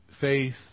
faith